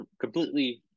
completely